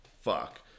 fuck